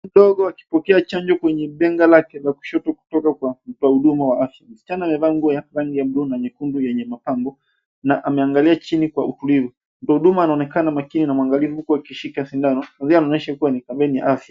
Mtoto mdogo aki pokea chanjo kutoka kwenye bega lake la kushoto kutoka kwa mhudumu wa afya. Msichana amevaa nguo ya rangi ya bluu na nyekundu yenye mapambo na ana angalia chini. Mhudumu ana onekana makini huku akishika sindano, una onyesha ni dhamini ya afya.